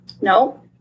No